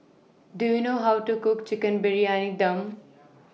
Do YOU know How to Cook Chicken Briyani Dum